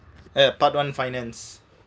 ya part one finance